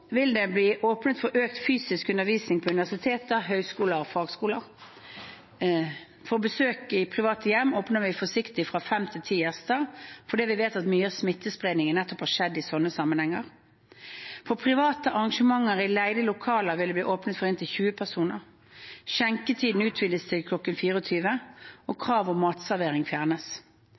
Det vil bli åpnet for økt fysisk undervisning på universiteter, høyskoler og fagskoler. For besøk i private hjem åpner vi forsiktig fra fem til ti gjester, fordi vi vet at mye av smittespredningen nettopp har skjedd i slike sammenhenger. For private arrangementer i leide lokaler vil det bli åpnet for inntil 20 personer. Skjenketiden utvides til kl. 24, og kravet om matservering fjernes.